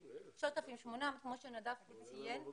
3,800, כמו שנדב ציין פה.